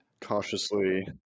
cautiously